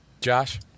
Josh